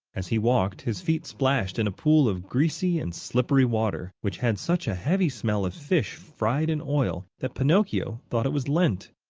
as he walked his feet splashed in a pool of greasy and slippery water, which had such a heavy smell of fish fried in oil that pinocchio thought it was lent.